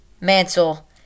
mantle